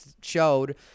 showed